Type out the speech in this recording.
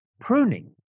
Pruning